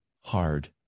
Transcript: hard